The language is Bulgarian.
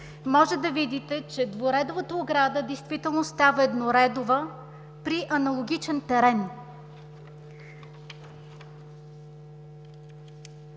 цветни снимки), че двуредовата ограда действително става едноредова при аналогичен терен.